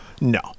No